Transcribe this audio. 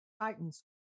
Titans